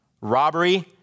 robbery